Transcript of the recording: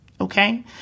Okay